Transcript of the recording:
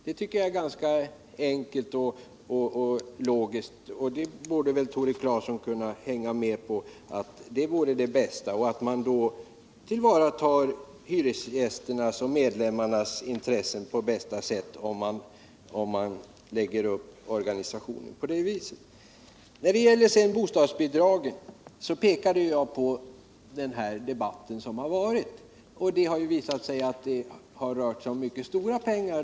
Det tycker jag är ganska enkelt och logiskt, och Tore Claeson borde kunna gå med på att man skulle kunna tillvarata hyresgästernas och medlemmarnas intressen bäst om man lade upp organisationen på det sättet. När det gäller bostadsbidragen pekade jag på den debatt som förts om att bedrägerier förekommit. Det rör sig om mycket stora pengar.